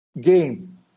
game